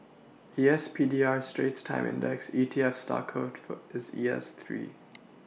the S P D R Straits times index E T F stock code for is E S three